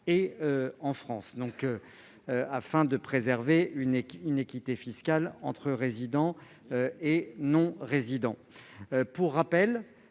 et en France, afin de préserver une équité fiscale entre résidents et non-résidents.